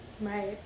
Right